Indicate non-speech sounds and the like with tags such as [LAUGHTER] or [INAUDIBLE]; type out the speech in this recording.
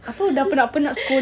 [LAUGHS]